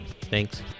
Thanks